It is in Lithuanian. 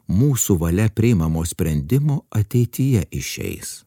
mūsų valia priimamo sprendimo ateityje išeis